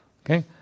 Okay